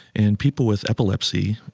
in people with epilepsy,